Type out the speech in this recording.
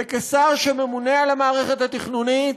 וכשר שממונה על המערכת התכנונית,